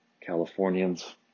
Californians